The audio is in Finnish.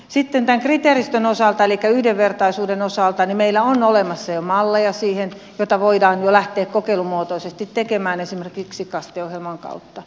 sitten tämän kriteeristön osalta elikkä yhdenvertaisuuden osalta meillä on olemassa jo siihen malleja joita voidaan jo lähteä kokeilumuotoisesti tekemään esimerkiksi kaste ohjelman kautta